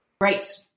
Right